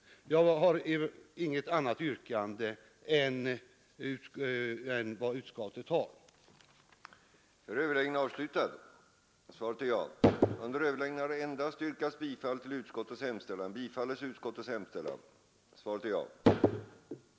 Jag har inget annat yrkande än om bifall till utskottets hemställan.